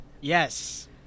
Yes